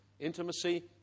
Intimacy